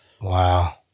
Wow